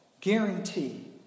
guarantee